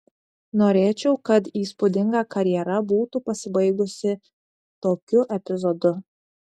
norėčiau kad įspūdinga karjera būtų pasibaigusi tokiu epizodu